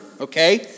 okay